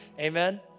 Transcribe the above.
Amen